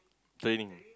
training